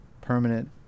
permanent